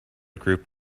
group